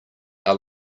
our